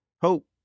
Hope